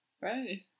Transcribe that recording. Right